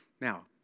Now